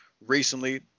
recently